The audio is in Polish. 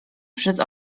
przez